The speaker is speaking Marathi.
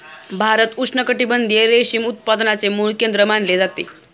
भारत उष्णकटिबंधीय रेशीम उत्पादनाचे मूळ केंद्र मानले जाते